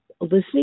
Listening